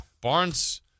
Barnes